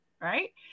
Right